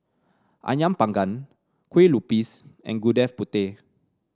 ayam panggang Kue Lupis and Gudeg Putih